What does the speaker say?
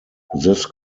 this